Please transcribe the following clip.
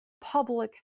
public